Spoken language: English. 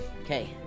Okay